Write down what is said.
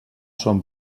son